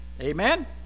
Amen